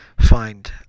find